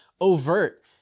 overt